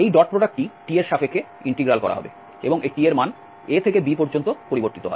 এই ডট প্রোডাক্টটি t এর সাপেক্ষে ইন্টিগ্রাল করা হবে এবং এই t এর মান a থেকে b পর্যন্ত পরিবর্তিত হয়